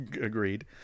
Agreed